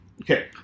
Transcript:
Okay